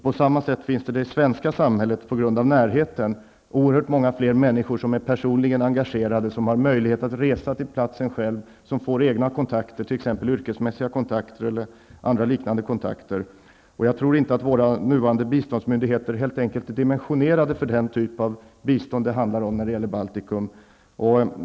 På samma sätt finns det i Sverige, på grund av närheten, oerhört många fler människor som personligen är engagerade och som har möjlighet att själva resa till platsen och som får egna kontakter, t.ex. yrkesmässiga och liknande kontakter. Jag tror inte att våra nuvarande biståndsmyndigheter är dimensionerade för biståndet till Baltikum.